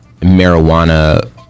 marijuana